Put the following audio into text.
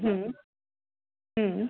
हं हं